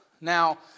Now